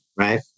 Right